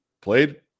played